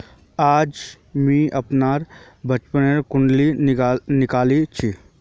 आज मुई अपनार बचपनोर कुण्डली निकली छी